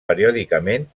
periòdicament